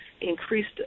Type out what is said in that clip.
increased